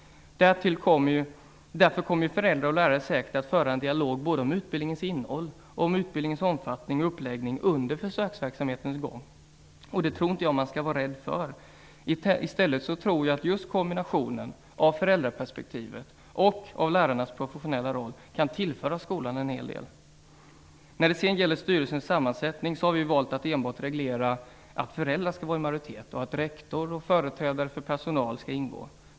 Därför kommer föräldrar och lärare säkert att föra en dialog både om utbildningens innehåll och om dess omfattning och uppläggning under försöksverksamhetens gång. Det tror jag inte att man skall vara rädd för. Jag tror i stället att just kombinationen av föräldraperspektivet och lärarnas professionella roll kan tillföra skolan en hel del. När det gäller styrelsernas sammansättning har vi valt att enbart reglera att föräldrarna skall vara i majoritet, och att rektor och företrädare för personalen skall ingå.